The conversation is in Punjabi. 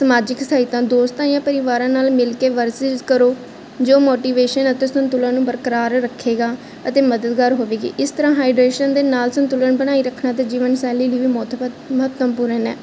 ਸਮਾਜਿਕ ਸਹਾਇਤਾ ਦੋਸਤਾਂ ਜਾਂ ਪਰਿਵਾਰਾਂ ਨਾਲ ਮਿਲ ਕੇ ਵਰਜਿਸ ਕਰੋ ਜੋ ਮੋਟੀਵੇਸ਼ਨ ਅਤੇ ਸੰਤੁਲਨ ਨੂੰ ਬਰਕਰਾਰ ਰੱਖੇਗਾ ਅਤੇ ਮਦਦਗਾਰ ਹੋਵੇਗੀ ਇਸ ਤਰ੍ਹਾਂ ਹਾਈਡਰੇਸ਼ਨ ਦੇ ਨਾਲ ਸੰਤੁਲਨ ਬਣਾਈ ਰੱਖਣਾ ਅਤੇ ਜੀਵਨ ਸ਼ੈਲੀ ਲਈ ਵੀ ਮੌਤ ਮਹੱਤਵਪੂਰਨ ਹੈ